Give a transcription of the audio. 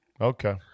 Okay